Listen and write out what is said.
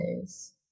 days